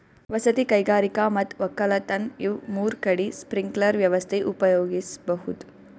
ವಸತಿ ಕೈಗಾರಿಕಾ ಮತ್ ವಕ್ಕಲತನ್ ಇವ್ ಮೂರ್ ಕಡಿ ಸ್ಪ್ರಿಂಕ್ಲರ್ ವ್ಯವಸ್ಥೆ ಉಪಯೋಗಿಸ್ಬಹುದ್